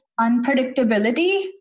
unpredictability